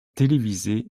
télévisés